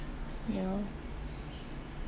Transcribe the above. yeah